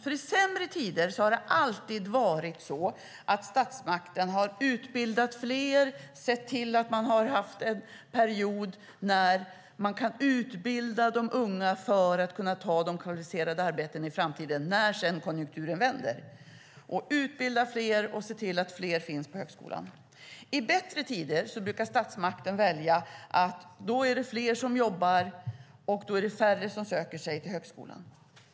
I sämre tider har statsmakten alltid utbildat fler och sett till att man har kunnat utbilda de unga för att de ska kunna ta de kvalificerade arbetena i framtiden när konjunkturen vänder. I bättre tider är det fler som jobbar och färre som söker sig till högskolan.